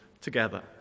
together